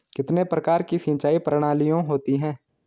कितने प्रकार की सिंचाई प्रणालियों होती हैं?